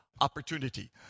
opportunity